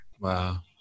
Wow